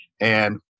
And-